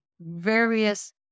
various